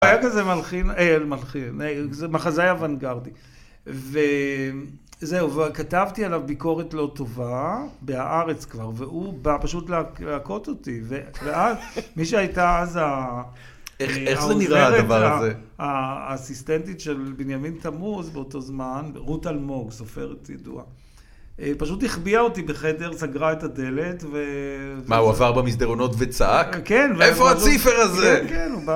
היה כזה מלחין, אהה מלחין, מחזאי אוונגרדי. וזהו, וכתבתי עליו ביקורת לא טובה, בארץ כבר, והוא בא פשוט להכות אותי. ואז מי שהייתה אז איך זה נראה הדבר הזה? העוזרת האסיסטנטית של בנימין תמוז, באותו זמן, רות אלמוג, סופרת ידועה, פשוט החביאה אותי בחדר, סגרה את הדלת, מה, הוא עבר במסדרונות וצעק? כן. איפה הציפר הזה? כן, כן, הוא בא.